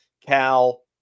Cal